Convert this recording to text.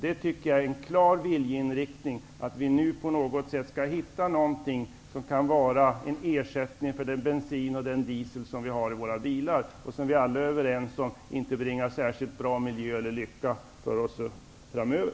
Jag tycker att det är en klar viljeinriktning om att vi nu på något sätt skall hitta någonting för att ersätta den bensin och diesel som vi använder i våra bilar. Vi är alla överens om att dessa bränsletyper inte kommer att leda till särskilt bra miljö eller till lycka framöver.